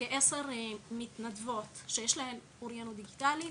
כ-10 מתנדבות שיש להן אוריינות דיגיטלית,